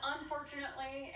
Unfortunately